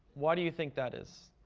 why do you think that is?